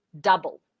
double